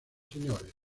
señores